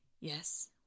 Yes